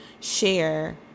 share